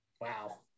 Wow